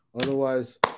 Otherwise